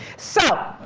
so,